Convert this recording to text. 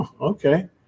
okay